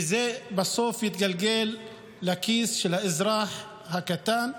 וזה בסוף יתגלגל לכיס של האזרח הקטן.